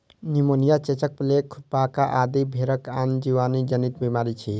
pneumonia, चेचक, plague, खुरपका आदि भेड़क आन जीवाणु जनित बीमारी छियै